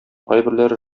кайберләре